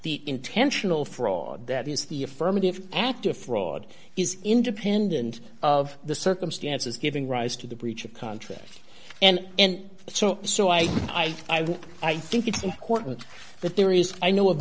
the intentional fraud that is the affirmative act of fraud is independent of the circumstances giving rise to the breach of contract and and so so i i i would i think it's important that there is i know of